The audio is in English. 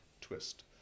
twist